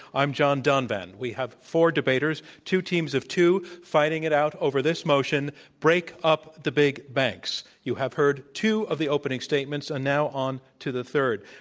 i'm john donovan. we have four debaters, two teams of two, fighting it out over this motion, break up the big banks. you have heard two of the opening statements, and now on to the third.